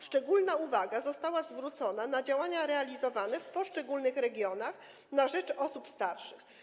Szczególna uwaga została zwrócona na działania realizowane w poszczególnych regionach na rzecz osób starszych.